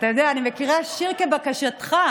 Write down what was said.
בחיקוי בחלק מהעניין.